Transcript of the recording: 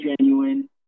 genuine